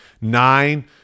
nine